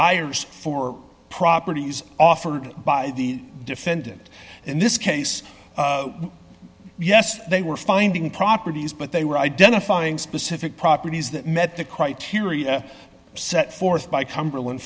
buyers for properties offered by the defendant in this case yes they were finding properties but they were identifying specific properties that met the criteria set forth by cumberland